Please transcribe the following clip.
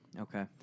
Okay